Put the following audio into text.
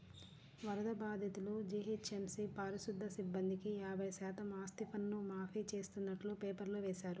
వరద బాధితులు, జీహెచ్ఎంసీ పారిశుధ్య సిబ్బందికి యాభై శాతం ఆస్తిపన్ను మాఫీ చేస్తున్నట్టు పేపర్లో వేశారు